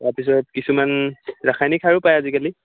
তাৰপিছত কিছুমান ৰাসায়নিক সাৰো পায় আজিকালি